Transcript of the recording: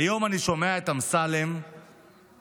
היום אני שומע את אמסלם פה,